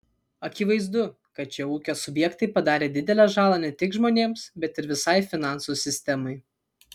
akivaizdu kad šie ūkio subjektai padarė didelę žalą ne tik žmonėms bet ir visai finansų sistemai